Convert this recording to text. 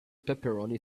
pepperoni